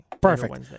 Perfect